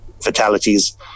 fatalities